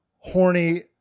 horny